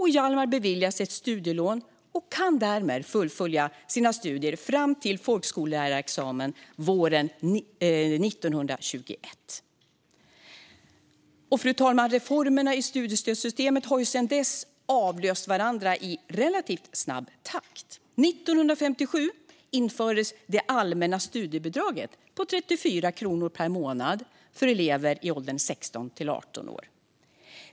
Hjalmar beviljas ett studielån och kan därmed fullfölja sina studier fram till folkskollärarexamen våren 1921. Fru talman! Reformerna i studiestödssystemet har sedan dess avlöst varandra i relativt snabb takt. År 1957 infördes det allmänna studiebidraget på 34 kronor per månad för elever i åldern 16-18 år.